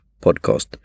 podcast